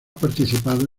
participado